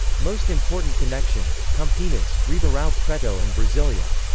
most important connections campinas, ribeirao preto and brasilia.